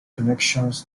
connections